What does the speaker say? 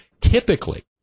Typically